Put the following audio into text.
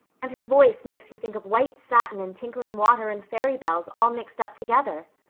and her voice makes you think of white satin and tinkling water and fairy bells all mixed up together.